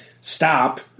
stop